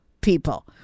people